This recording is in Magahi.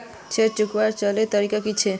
ऋण चुकवार अलग अलग तरीका कि छे?